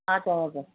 हजुर हजुर